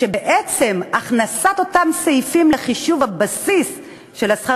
שבעצם הכנסת אותם סעיפים לחישוב הבסיס של שכר